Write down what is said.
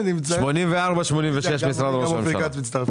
פניות מספר 84 86 של משרד ראש הממשלה.